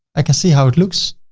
i can see how it looks,